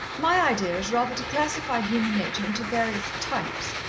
my idea is rather to classify human nature into various types,